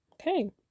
Okay